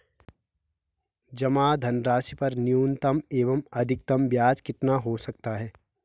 जमा धनराशि पर न्यूनतम एवं अधिकतम ब्याज कितना हो सकता है?